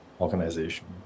organization